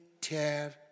tear